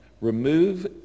remove